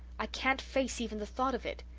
i can't face even the thought of it.